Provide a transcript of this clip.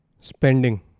Spending